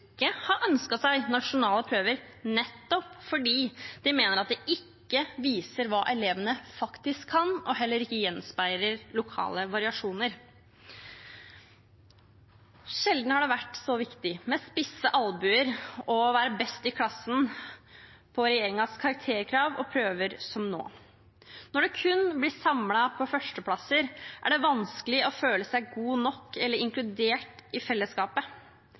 har ønsket seg nasjonale prøver, nettopp fordi de mener at det ikke viser hva elevene faktisk kan, og heller ikke gjenspeiler lokale variasjoner. Sjelden har det vært så viktig med spisse albuer og å være best i klassen på regjeringens karakterkrav og prøver som nå. Når det kun blir samlet på førsteplasser, er det vanskelig å føle seg god nok eller inkludert i fellesskapet.